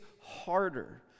harder